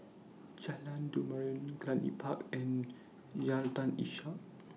Jalan Derum Cluny Park and Jalan Ishak